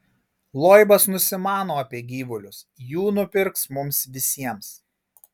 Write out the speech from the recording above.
loibas nusimano apie gyvulius jų nupirks mums visiems